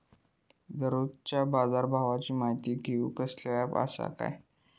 दररोजच्या बाजारभावाची माहिती घेऊक कसलो अँप आसा काय?